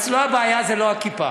אצלו הבעיה זה לא הכיפה.